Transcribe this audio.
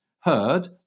heard